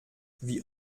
wie